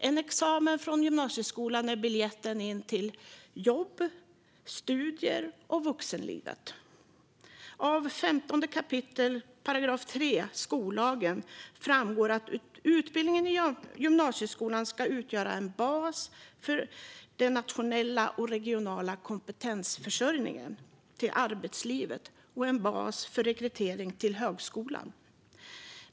En examen från gymnasieskolan är biljetten vidare till jobb, studier och vuxenlivet. Av 15 kap. 3 § skollagen framgår att utbildningen i gymnasieskolan ska utgöra en bas för den nationella och regionala kompetensförsörjningen i arbetslivet och en bas för rekrytering till högskoleskolan.